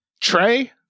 Trey